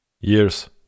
Years